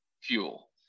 fuel